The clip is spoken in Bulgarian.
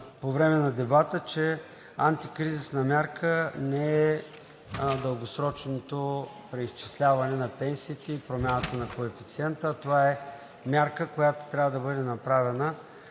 по време на дебата, че антикризисната мярка не е дългосрочното преизчисляване на пенсиите и промяната на коефициента, а това е мярка, която трябва да бъде направена,